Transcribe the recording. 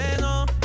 no